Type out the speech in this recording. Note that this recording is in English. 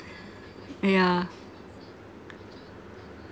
yeah